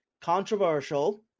Controversial